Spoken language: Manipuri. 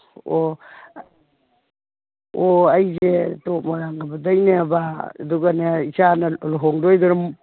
ꯑꯣ ꯑꯣ ꯑꯩꯁꯦ ꯇꯣꯞ ꯃꯣꯏꯔꯥꯡ ꯀꯝꯄꯨꯗꯩꯅꯦꯕ ꯑꯗꯨꯒꯅꯦ ꯏꯆꯥꯅ ꯂꯨꯍꯣꯡꯗꯣꯏꯗꯨꯅ